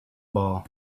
ball